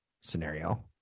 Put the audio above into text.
scenario